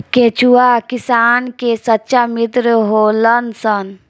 केचुआ किसान के सच्चा मित्र होलऽ सन